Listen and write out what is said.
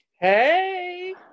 Hey